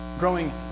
growing